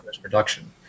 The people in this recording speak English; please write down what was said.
production